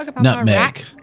nutmeg